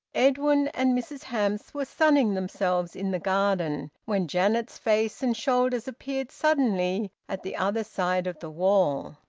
edwin and mrs hamps were sunning themselves in the garden, when janet's face and shoulders appeared suddenly at the other side of the wall.